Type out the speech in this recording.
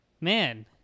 Man